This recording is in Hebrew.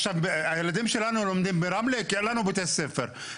הילדים שלנו לומדים ברמלה כי אין לנו בתי ספר.